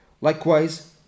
Likewise